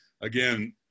Again